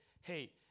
hey